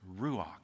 ruach